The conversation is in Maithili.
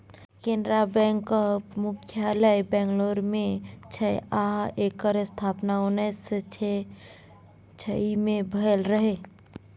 कैनरा बैकक मुख्यालय बंगलौर मे छै आ एकर स्थापना उन्नैस सँ छइ मे भेल रहय